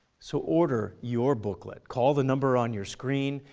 so order your booklet, call the number on your screen,